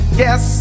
yes